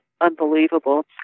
unbelievable